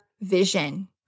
vision